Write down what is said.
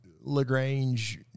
Lagrange